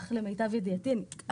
כך למיטב ידיעתי.